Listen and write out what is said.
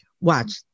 watch